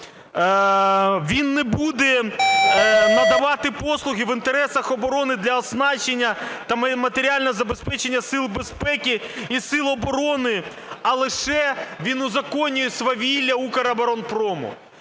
він не буде надавати послуги в інтересах оборони для оснащення та матеріального забезпечення сил безпеки і сил оборони, а лише він узаконює свавілля "Укроборонпрому".